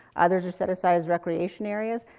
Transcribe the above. others are set aside as recreation areas.